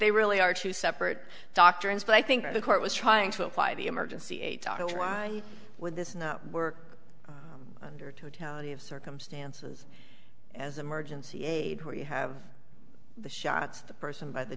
they really are two separate doctrines but i think the court was trying to apply the emergency aid to it why would this not work under totality of circumstances as emergency aid where you have the shots the person by the